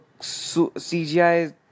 CGI